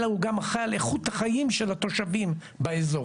אלא הוא גם אחראי על איכות החיים של התושבים באזור.